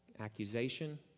Accusation